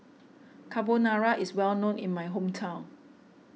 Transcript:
Carbonara is well known in my hometown